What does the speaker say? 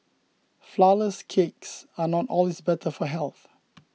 Flourless Cakes are not always better for health